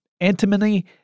antimony